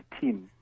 team